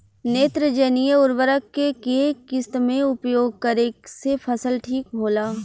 नेत्रजनीय उर्वरक के केय किस्त मे उपयोग करे से फसल ठीक होला?